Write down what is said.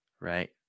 right